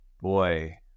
Boy